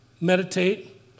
meditate